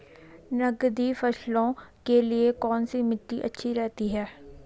नकदी फसलों के लिए कौन सी मिट्टी अच्छी रहती है?